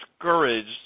discouraged